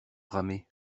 ramer